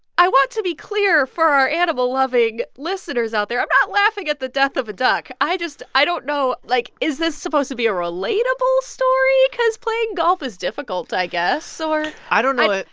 i want to be clear for our animal-loving listeners out there, i'm not laughing at the death of a duck. i just i don't know, like, is this supposed to be a relatable story? because playing golf is difficult, i guess. or. i don't know that.